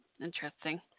Interesting